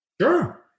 sure